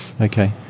okay